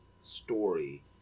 story